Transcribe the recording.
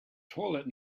toilet